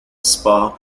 spa